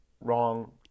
wrong